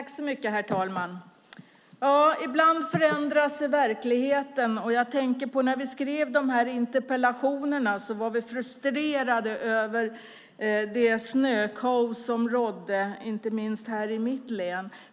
Herr talman! Ibland förändras verkligheten. När vi skrev interpellationerna var vi frustrerade över det snökaos som rådde, inte minst i mitt hemlän Stockholm.